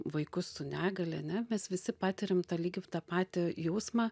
vaikus su negalia ne mes visi patiriam tą lygiai tą patį jausmą